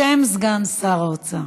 בשם סגן האוצר.